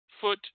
foot